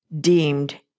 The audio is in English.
deemed